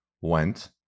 went